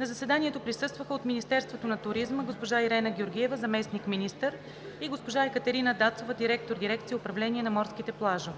На заседанието присъстваха: от Министерството на туризма – госпожа Ирена Георгиева – заместник-министър, и госпожа Екатерина Дацова – директор дирекция „Управление на морските плажове“.